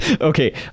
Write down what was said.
Okay